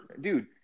dude